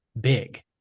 big